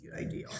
Ideal